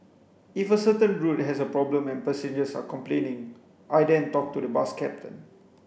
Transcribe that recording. if a certain route has a problem and passengers are complaining I then talk to the bus captain